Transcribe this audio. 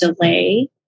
delay